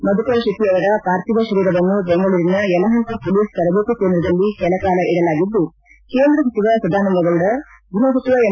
ಮಧುಕರ ಶೆಟ್ಟೆ ಅವರ ಪಾರ್ಥಿವ ಶರೀರವನ್ನು ಬೆಂಗಳೂರಿನ ಯಲಪಂಕ ಮೊಲೀಸ್ ತರಬೇತಿ ಕೇಂದ್ರದಲ್ಲಿ ಕೆಲಕಾಲ ಇಡಲಾಗಿದ್ದು ಕೇಂದ್ರ ಸಚಿವ ಸದಾನಂದಗೌಡ ಗೃಪ ಸಚಿವ ಎಂ